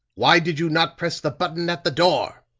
why did you not press the button at the door?